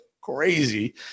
crazy